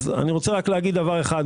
אז אני רוצה רק להגיד דבר אחד.